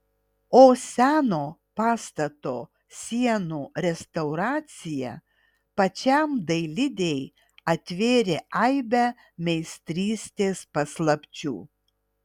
o seno pastato sienų restauracija pačiam dailidei atvėrė aibę meistrystės paslapčių